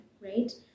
right